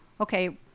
okay